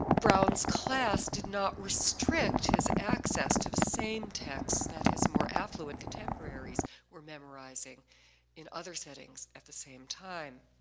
brown's class did not restrict his access to the same text that his more affluent contemporaries were memorizing in other settings at the same time.